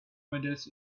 models